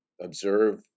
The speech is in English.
observe